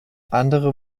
andere